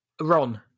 Ron